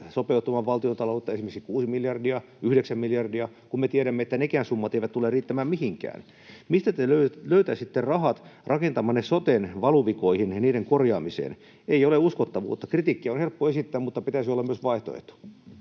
sopeuttamaan valtiontaloutta esimerkiksi kuusi miljardia, yhdeksän miljardia, kun me tiedämme, että nekään summat eivät tule riittämään mihinkään? Mistä te löytäisitte rahat rakentamanne soten valuvikoihin ja niiden korjaamiseen? Ei ole uskottavuutta. Kritiikkiä on helppo esittää, mutta pitäisi olla myös vaihtoehto.